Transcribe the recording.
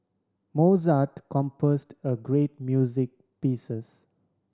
Mozart composed great music pieces